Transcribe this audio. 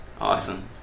Awesome